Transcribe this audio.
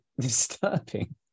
disturbing